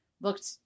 looked